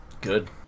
Good